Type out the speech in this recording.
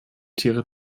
tiere